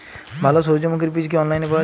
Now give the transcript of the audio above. ভালো সূর্যমুখির বীজ কি অনলাইনে পাওয়া যায়?